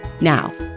Now